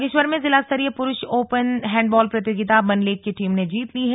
बागेश्वर में जिलास्तरीय पुरुष ओपन हैंडबॉल प्रतियोगिता बनलेख की टीम ने जीत ली है